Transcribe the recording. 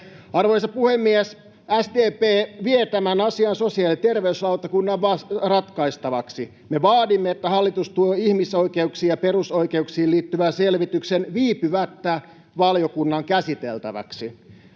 Arvoisa puhemies! SDP vie tämän asian sosiaali- ja terveyslautakunnan ratkaistavaksi. Me vaadimme, että hallitus tuo ihmisoikeuksiin ja perusoikeuksiin liittyvän selvityksen viipymättä valiokunnan käsiteltäväksi.